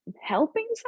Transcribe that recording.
helping